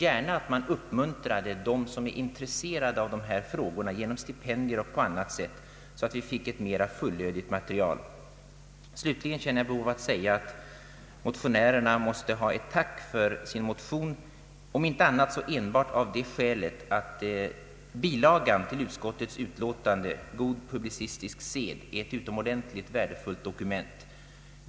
Slutligen känner jag ett behov av att uttala ett tack till motionärerna för deras motion, om inte annat så enbart av det skälet att bilagan till utskottets utlåtande, God publicistisk sed, är ett utomordentligt värdefullt dokument.